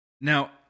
Now